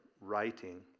writing